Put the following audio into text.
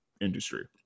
industry